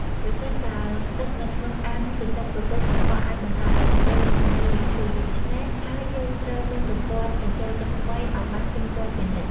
ប្រសិនបើទឹកនៅក្នុងអាងចិញ្ចឹមក្រពើកខ្វក់អាចបណ្តាលឲ្យក្រពើមានជំងឺ ឬឈឺ ដូចច្នេះហើយយើងត្រូវមានប្រព័ន្ធបញ្ចូលទឹកថ្មីឲ្យបានទៀងទាត់ជានិច្ច។